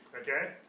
Okay